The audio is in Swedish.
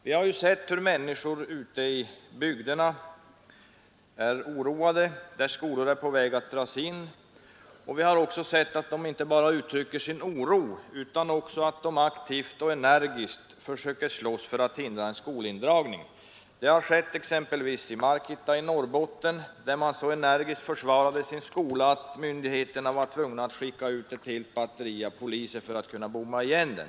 Vi har sett hur människor ute i bygderna där skolor är på väg att dras 91 Nr 100 in är oroade. Vi har också sett att människorna där inte bara uttrycker Fredagen den sin oro utan också aktivt och energiskt försöker slåss för att hindra en 25 maj 1973 skolindragning. Det har skett i exempelvis Markitta i Norrbotten, där fartfest man så energiskt försvarade sin skola att myndigheterna var tvungna att Skolväsendets skicka ut ett helt batteri poliser för att kunna bomma igen den.